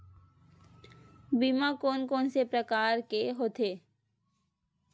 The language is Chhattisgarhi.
बीमा कोन कोन से प्रकार के होथे?